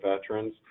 veterans